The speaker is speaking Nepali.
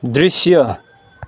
दृश्य